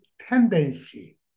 tendency